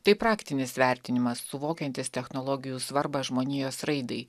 tai praktinis vertinimas suvokiantis technologijų svarbą žmonijos raidai